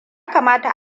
kamata